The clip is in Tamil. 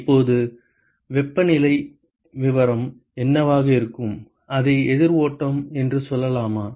இப்போது வெப்பநிலை விவரம் என்னவாக இருக்கும் அதை எதிர் ஓட்டம் என்று சொல்லலாமா